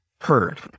heard